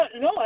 No